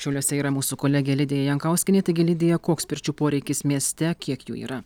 šiauliuose yra mūsų kolegė lidija jankauskienė taigi lidija koks pirčių poreikis mieste kiek jų yra